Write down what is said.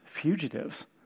fugitives